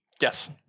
Yes